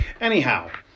Anyhow